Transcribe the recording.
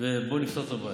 ובואו נפתור את הבעיה.